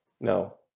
no